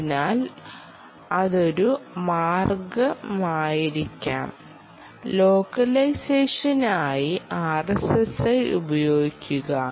അതിനാൽ അതൊരു മാർഗമായിരിക്കാം ലോക്കലൈസേഷനായി RSSI ഉപയോഗിക്കുക